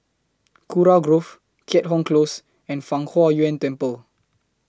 Kurau Grove Keat Hong Close and Fang Huo Yuan Temple